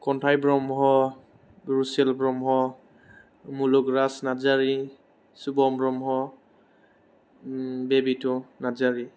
खन्थाइ ब्रह्म रुसेल ब्रह्म मुलुगराज नारजारि सुभम ब्रह्म बेबिथ' नारजारि